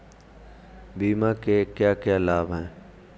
बीमा के क्या क्या लाभ हैं?